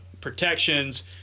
protections